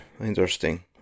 interesting